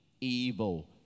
evil